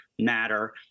matter